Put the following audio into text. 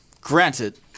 granted